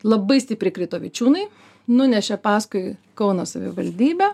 labai stipriai krito vičiūnai nunešė paskui kauno savivaldybę